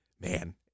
man